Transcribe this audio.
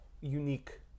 unique